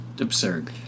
absurd